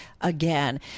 again